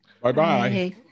Bye-bye